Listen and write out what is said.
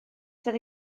fyddi